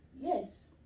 Yes